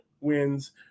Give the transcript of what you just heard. wins